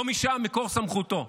לא משם מקור סמכותו,